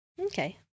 Okay